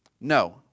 No